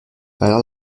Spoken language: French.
alors